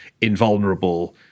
invulnerable